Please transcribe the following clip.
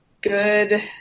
good